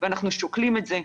ואנחנו שוקלים את זה.